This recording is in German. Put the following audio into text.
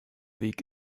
weg